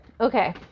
Okay